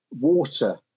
water